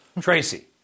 Tracy